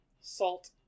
salt